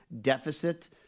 deficit